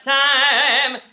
time